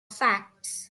facts